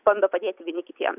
bando padėti vieni kitiems